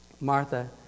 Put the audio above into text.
Martha